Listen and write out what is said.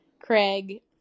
Craig